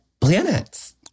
planets